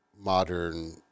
modern